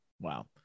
wow